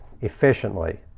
efficiently